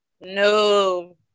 No